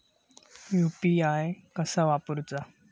UPI कसा वापरूचा?